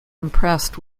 impressed